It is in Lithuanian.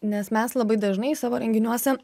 nes mes labai dažnai savo renginiuose